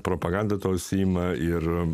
propaganda tuo užsiima ir